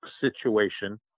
situation